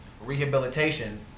rehabilitation